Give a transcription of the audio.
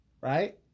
Right